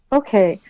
okay